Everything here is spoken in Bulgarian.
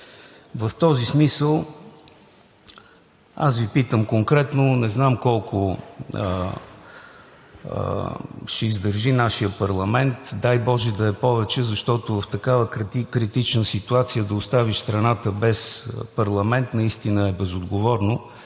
трябва да бъдем равни пред закона! Не знам колко ще издържи нашият парламент – дай боже да е повече, защото в такава критична ситуация да оставиш страната без парламент наистина е безотговорно.